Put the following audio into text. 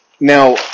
Now